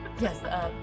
Yes